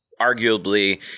arguably